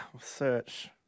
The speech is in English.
search